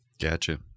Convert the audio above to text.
Gotcha